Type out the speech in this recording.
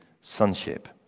sonship